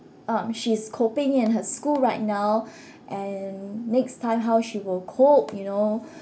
um she's coping in her school right now and next time how she will cope you know